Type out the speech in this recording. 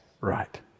right